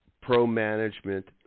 pro-management